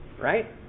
right